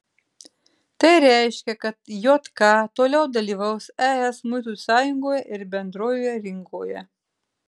tai reiškia kad jk toliau dalyvaus es muitų sąjungoje ir bendrojoje rinkoje